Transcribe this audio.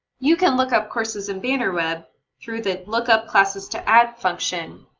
you can look up courses in bannerweb through the look-up classes to add function.